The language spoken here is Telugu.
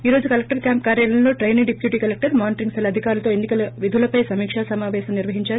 ఈ రోజు కలక్షర్ కేంప్ కార్యాలయంలో trainee deputy collector monitoring cell అధికారులతో ఎన్ని కల విధులపై సమీకా సమాపేశం నిర్వహించారు